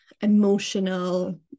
emotional